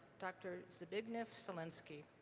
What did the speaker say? dr. zbigniew celinski.